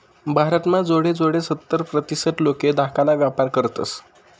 भारत म्हा जोडे जोडे सत्तर प्रतीसत लोके धाकाला व्यापार करतस